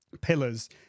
pillars